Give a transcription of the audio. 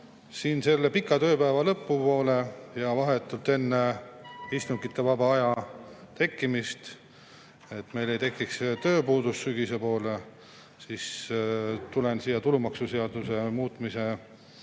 siin selle pika tööpäeva lõpu poole ja vahetult enne istungivaba aja tulekut, et meil ei tekiks tööpuudust sügise poole, tulen siia tulumaksuseaduse muutmise